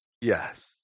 Yes